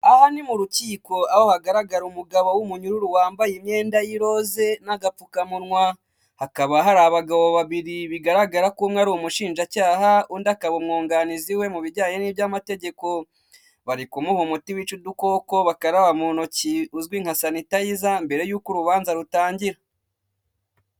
Aha ni mu rukiko aho hagaragara umugabo w'umunyururu wambaye imyenda y'iroze n'agapfukamunwa, hakaba hari abagabo babiri bigaragara ko umwe ari umushinjacyaha undi akaba umwunganizi we mu bijyanye n'iby'amategeko, bari kumuha umuti wica udukoko bakaraba mu ntoki uzwi nka sanitayiza mbere y'uko urubanza rutangira.